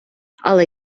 але